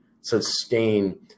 sustain